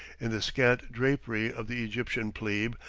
in the scant drapery of the egyptian plebe,